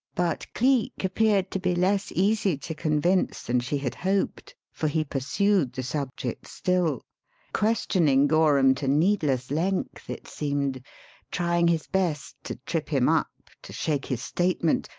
but cleek appeared to be less easy to convince than she had hoped, for he pursued the subject still questioning gorham to needless length it seemed trying his best to trip him up, to shake his statement,